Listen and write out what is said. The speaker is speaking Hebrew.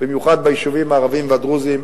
במיוחד ביישובים הערביים והדרוזיים,